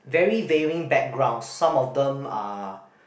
very waving backgrounds some of them are